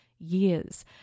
years